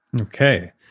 Okay